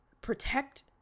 protect